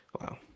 Wow